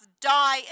die